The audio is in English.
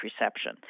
Reception